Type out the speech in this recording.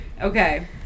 okay